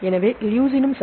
எனவே லுசினும் சரி